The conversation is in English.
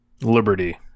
Liberty